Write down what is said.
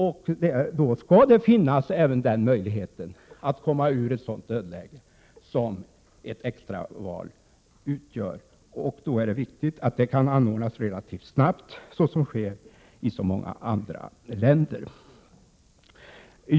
För att komma ur ett sådant dödläge skall det även finnas en sådan möjlighet som ett extra val innebär. Då är det viktigt att ett sådant val kan anordnas relativt snabbt, såsom sker i så många andra länder.